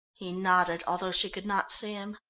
he nodded, although she could not see him.